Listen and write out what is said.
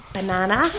Banana